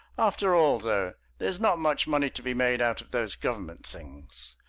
after all, though, there's not much money to be made out of those government things.